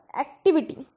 activity